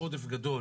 עכשיו